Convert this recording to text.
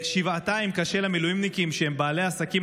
שבעתיים קשה למילואימניקים שהם בעלי עסקים,